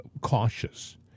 cautious